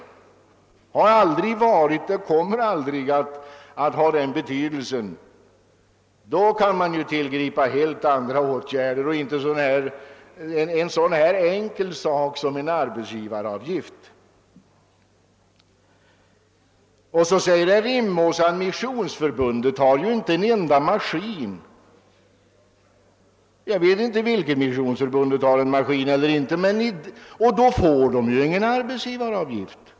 Det har aldrig varit och kommer heller inte att vara meningen med den. Syftar man till det då kan man tillgripa helt andra åtgärder och inte en sådan sak som en arbetsgivaravgift. Missionsförbundet har inte en enda maskin, sade herr Rimås vidare. Jag vet inte hur det är med den saken, men har Missionsförbundet ingen rörelse, så påförs det ju heller ingen arbetsgivaravgift.